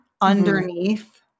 underneath